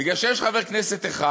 בגלל שיש חבר כנסת אחד